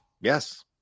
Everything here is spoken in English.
Yes